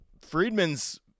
Friedman's